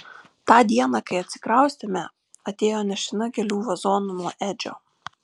tą dieną kai atsikraustėme atėjo nešina gėlių vazonu nuo edžio